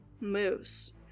moose